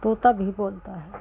तोता भी बोलता है